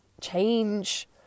change